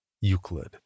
Euclid